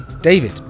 david